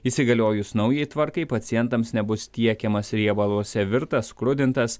įsigaliojus naujai tvarkai pacientams nebus tiekiamas riebaluose virtas skrudintas